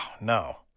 no